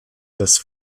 das